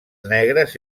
negres